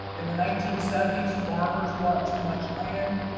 in the nineteen seventy s, farmers bought too much land,